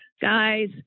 Guys